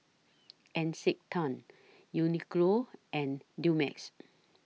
Encik Tan Uniqlo and Dumex